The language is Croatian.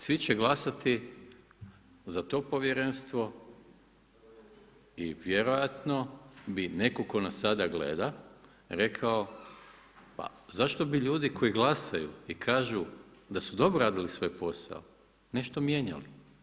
Svi će glasati za to povjerenstvo i vjerojatno bi netko tko nas sada gleda rekao, pa zašto bi ljudi koji glasaju i kažu da su dobro radili svoj posao nešto mijenjali.